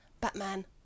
Batman